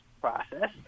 process